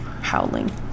Howling